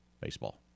baseball